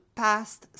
past